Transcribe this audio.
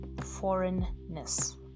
foreignness